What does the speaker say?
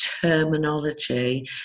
terminology